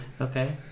okay